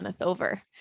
over